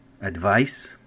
advice